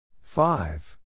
Five